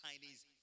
Chinese